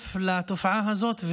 נוסף לתופעה הזאת.